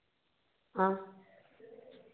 हाँ